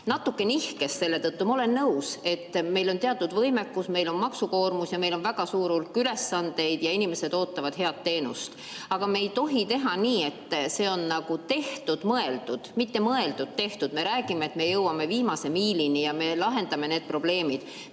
natuke nihkes selle tõttu. Ma olen nõus, et meil on teatud võimekus, meil on maksukoormus ja meil on väga suur hulk ülesandeid ning inimesed ootavad head teenust. Aga me ei tohi teha nii, et see on nagu tehtud-mõeldud, mitte mõeldud-tehtud. Me räägime, et me jõuame viimase miilini ja lahendame need probleemid.